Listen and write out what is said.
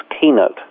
Keynote